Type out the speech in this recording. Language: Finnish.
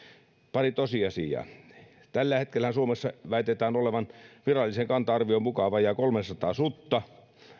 pari tosiasiaa tällä hetkellähän suomessa väitetään olevan virallisen kanta arvion mukaan vajaat kolmesataa sutta